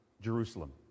Jerusalem